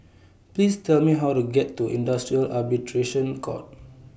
Please Tell Me How to get to Industrial Arbitration Court